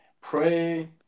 Pray